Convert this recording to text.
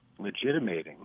legitimating